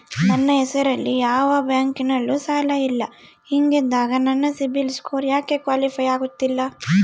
ನನ್ನ ಹೆಸರಲ್ಲಿ ಯಾವ ಬ್ಯಾಂಕಿನಲ್ಲೂ ಸಾಲ ಇಲ್ಲ ಹಿಂಗಿದ್ದಾಗ ನನ್ನ ಸಿಬಿಲ್ ಸ್ಕೋರ್ ಯಾಕೆ ಕ್ವಾಲಿಫೈ ಆಗುತ್ತಿಲ್ಲ?